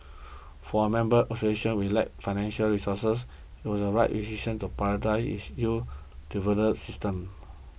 for a member association we lack financial resources it was a right decision to prioritise its youth development system